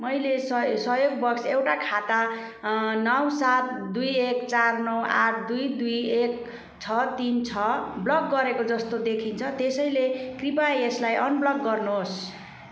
मैले सयो संयोगवश एउटा खाता नौ सात दुई एक चार नौ आठ दुई दुई एक छ तिन छ ब्लक गरेको जस्तो देखिन्छ त्यसैले कृपया यसलाई अनब्लक गर्नुहोस्